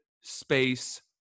space